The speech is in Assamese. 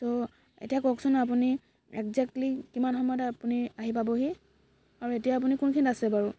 চ' এতিয়া কওকচোন আপুনি এক্জেক্টলী কিমান সময়ত আপুনি আহি পাবহি আৰু এতিয়া আপুনি কোনখিনিত আছে বাৰু